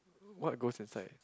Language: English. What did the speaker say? what goes inside